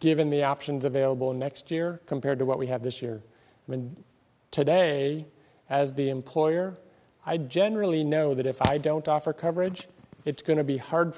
given the options available next year compared to what we have this year and today as b employer i generally know that if i don't offer coverage it's going to be hard for